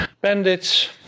bandits